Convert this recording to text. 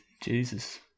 Jesus